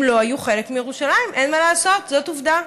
הם לא היו חלק מירושלים, אין מה לעשות, זאת עובדה.